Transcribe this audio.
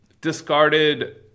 discarded